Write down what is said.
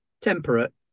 Temperate